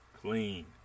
clean